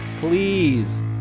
please